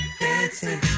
dancing